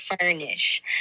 furnish